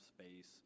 space